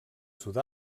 sud